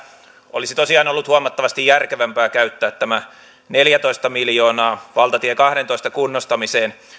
olisi tosiaan ollut huomattavasti järkevämpää käyttää tämä neljätoista miljoonaa valtatie kahdentoista kunnostamiseen